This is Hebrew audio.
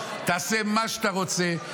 תעשה מה שאתה רוצה.